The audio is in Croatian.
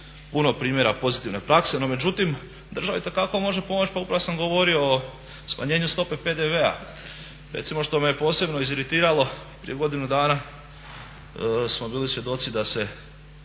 puno primjera pozitivne prakse. No međutim, država itekako može pomoći. Pa upravo sam govorio o smanjenju stope PDV-a. Recimo što me je posebno iziritiralo prije godinu dana smo bili svjedoci da se